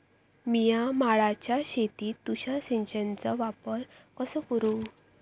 मिया माळ्याच्या शेतीत तुषार सिंचनचो वापर कसो करू?